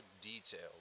detailed